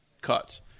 cuts